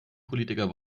politiker